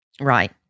Right